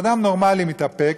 אדם נורמלי מתאפק,